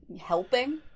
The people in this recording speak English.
helping